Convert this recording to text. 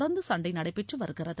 தொடர்ந்து சண்டை நடைபெற்று வருகிறது